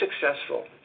successful